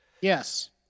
Yes